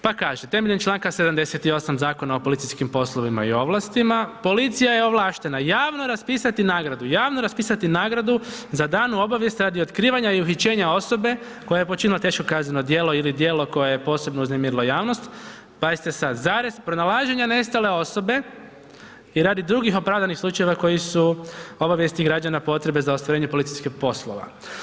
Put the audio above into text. Pa kaže, temeljem čl. 78 Zakona o policijskim poslovnim i ovlastima, policija je ovlaštena javno raspisati nagradu za danu obavijest radi otkrivanja i uhićenja osobe koja je počinila teško kazneno djelo ili djelo koje je posebno uznemirilo javnost, pazite sad, zarez, pronalaženje nestale osobe i radi drugih opravdanih slučajeva koji su obavijesti građana potrebe za ostvarenje policijskih poslova.